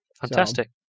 Fantastic